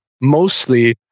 mostly